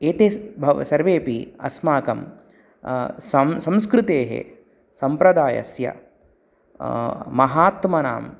एते सर्वे अपि अस्माकं सं संस्कृतेः सम्प्रदायस्य महात्मनां